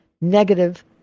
negative